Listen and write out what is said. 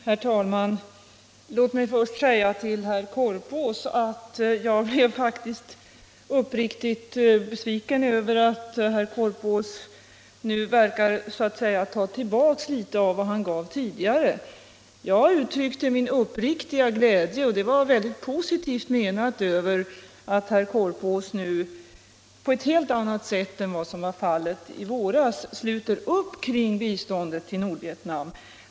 Herr talman! Låt mig först säga till herr Korpås att jag verkligen blev besviken över att herr Korpås nu verkade att så att säga ta tillbaka litet av vad han gav tidigare. Jag uttryckte förut min uppriktiga glädje — och det var mycket positivt menat — över att herr Korpås i dag på ett helt annat sätt än vad som var fallet i våras sluter upp kring biståndet till Nordvietnam.